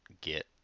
get